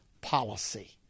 policy